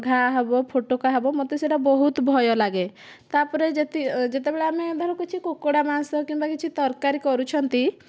ଘା ହେବ ଫୋଟକା ହେବ ମୋତେ ସେଗୁଡ଼ା ବହୁତ ଭୟ ଲାଗେ ତା'ପରେ ଯେତେବେଳେ ଧର ଆମେ କିଛି କୁକୁଡ଼ା ମାଂସ କିମ୍ବା କିଛି ତରକାରୀ କରୁଛନ୍ତି